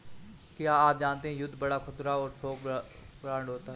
क्या आप जानते है युद्ध बांड खुदरा या थोक बांड होते है?